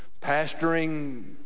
pastoring